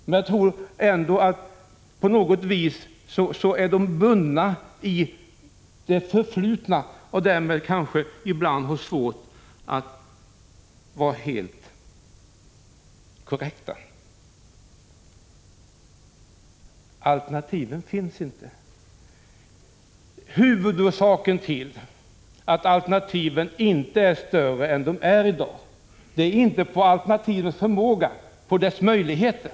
Men de är på något vis bundna vid det förflutna och har kanske därför ibland svårt att vara helt korrekta. Det finns inga alternativ, sade Per-Richard Molén. Men huvudorsaken till att alternativen inte är mer utvecklade än de är i dag ligger inte i alternativens förmåga eller dess möjligheter.